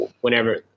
whenever